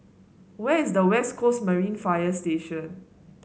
where is the West Coast Marine Fire Station